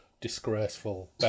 disgraceful